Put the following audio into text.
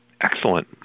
Excellent